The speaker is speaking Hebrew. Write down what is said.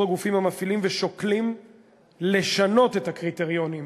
הגופים המפעילים ושוקלים לשנות את הקריטריונים